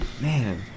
Man